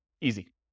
Easy